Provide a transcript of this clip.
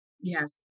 Yes